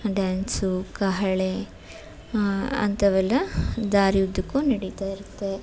dance ಕಹಳೆ ಅಂಥವೆಲ್ಲ ದಾರಿ ಉದ್ದಕ್ಕೂ ನಡಿತಾ ಇರುತ್ತೆ